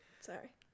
sorry